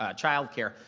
ah childcare,